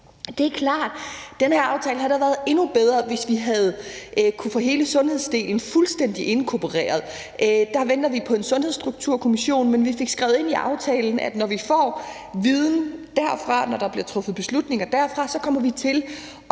Det er klart, at den her aftale da havde været endnu bedre, hvis vi havde kunnet få hele sundhedsdelen fuldstændig inkorporeret. Der venter vi på en Sundhedsstrukturkommission, men vi fik skrevet ind i aftalen, at når vi får viden derfra, og når der bliver truffet beslutninger derfra, kommer vi til